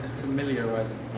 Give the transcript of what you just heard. Familiarizing